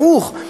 הפוך.